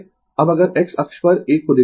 अब अगर x अक्ष पर एक प्रोजेक्शन लें